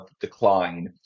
decline